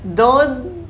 don't